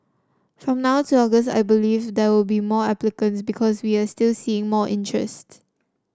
from now to August I believe there will be more applicants because we are still seeing more interest